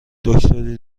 دکتری